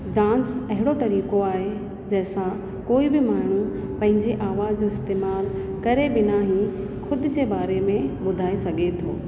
dance अहिड़ो तरीक़ो आहे जंहिंसां कोई बि माण्हू पंहिंजे आवाज़ जे इस्तेमालु करे बिना ई ख़ुदि जे बारे में ॿुधाए सघे थो